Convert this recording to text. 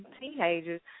teenagers